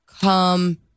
come